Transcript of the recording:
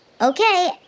Okay